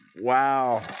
wow